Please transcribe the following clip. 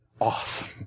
awesome